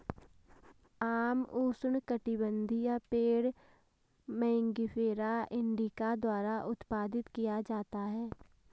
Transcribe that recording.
आम उष्णकटिबंधीय पेड़ मैंगिफेरा इंडिका द्वारा उत्पादित किया जाता है